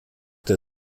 der